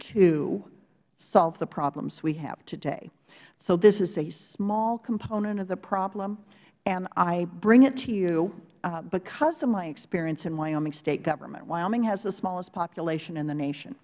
to solve the problems we have today so this is a small component of the problem and i bring it to you because of my experience in wyoming state government wyoming has the smallest population in the nation